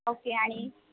okay आणि